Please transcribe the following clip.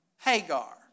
Hagar